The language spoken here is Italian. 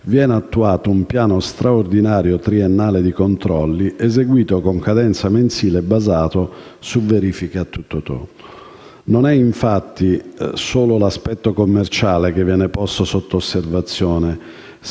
viene attuato un piano straordinario triennale di controlli, eseguito con cadenza mensile e basato su verifiche a tutto tondo. Non è, infatti, solo l'aspetto commerciale che viene posto sotto osservazione,